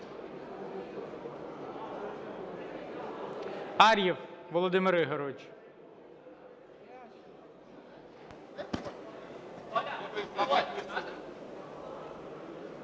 Ар'єв Володимир Ігорович.